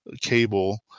cable